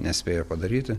nespėja padaryti